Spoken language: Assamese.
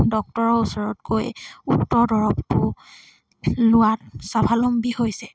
ডক্তৰৰ ওচৰত গৈ উক্ত দৰৱটো লোৱাত স্বাৱলম্বী হৈছে